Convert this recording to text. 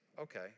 okay